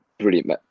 brilliant